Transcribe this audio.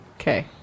Okay